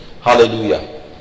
hallelujah